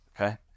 okay